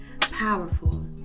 powerful